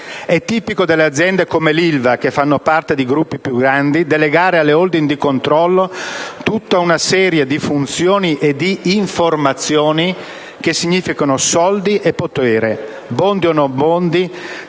È tipico delle aziende come l'Ilva, che fanno parte di gruppi più grandi, delegare alle *holding* di controllo tutta una serie di funzioni e di informazioni che significano soldi e potere. Bondi o non Bondi,